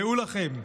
דעו לכם,